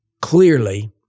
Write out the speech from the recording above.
Clearly